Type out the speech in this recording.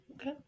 okay